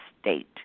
state